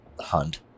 hunt